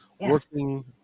working